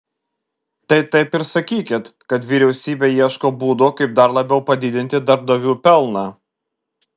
tai taip ir sakykit kad vyriausybė ieško būdų kaip dar labiau padidinti darbdavių pelną